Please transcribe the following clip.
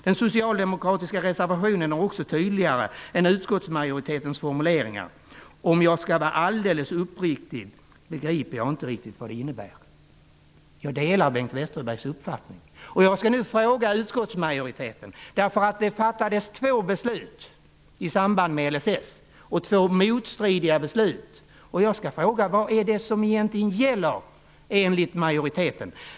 Den socialdemokratiska reservationen är också tydligare än utskottsmajoritetens formuleringar. Om jag skall vara alldeles uppriktig begriper jag inte riktigt vad de innebär.'' Jag delar Bengt Westerbergs uppfattning. Jag skall fråga utskottsmajoriteten följande. Det fattades två beslut i samband med LSS -- två motstridiga beslut. Vad är det som egentligen gäller enligt majoriteten?